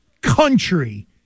country